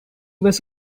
was